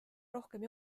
rohkem